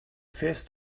fährst